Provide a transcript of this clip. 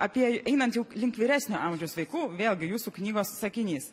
apie einant jau link vyresnio amžiaus vaikų vėlgi jūsų knygos sakinys